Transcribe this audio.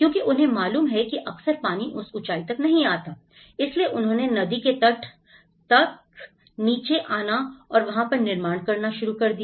क्योंकि उन्हें मालूम है कि अक्सर पानी उस ऊंचाई तक नहीं आता इसलिए उन्होंने नदी के तट तक नीचे आना और वहां पर निर्माण करना शुरू कर दिया